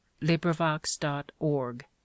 LibriVox.org